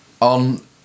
On